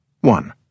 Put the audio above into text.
One